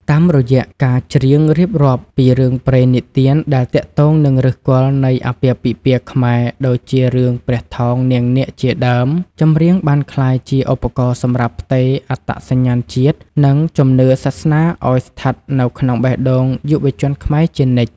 តាមរយៈការច្រៀងរៀបរាប់ពីរឿងព្រេងនិទានដែលទាក់ទងនឹងឫសគល់នៃអាពាហ៍ពិពាហ៍ខ្មែរ ដូចជារឿងព្រះថោងនាងនាគជាដើម ចម្រៀងបានក្លាយជាឧបករណ៍សម្រាប់ផ្ទេរអត្តសញ្ញាណជាតិ និងជំនឿសាសនាឱ្យស្ថិតនៅក្នុងបេះដូងយុវជនខ្មែរជានិច្ច។